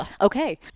okay